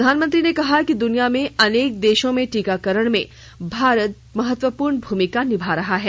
प्रधानमंत्री ने कहा कि दुनिया के अनेक देशों में टीकाकरण में भारत महत्वपूर्ण भूमिका निभा रहा है